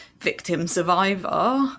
victim-survivor